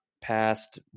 past